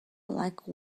like